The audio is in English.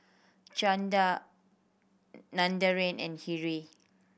Chanda Narendra and Hri